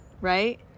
right